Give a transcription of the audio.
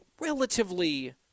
relatively